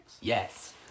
Yes